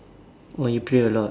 oh you pray a lot